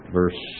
verse